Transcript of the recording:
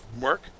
work